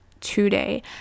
today